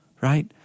right